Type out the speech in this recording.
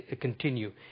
continue